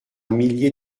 milliers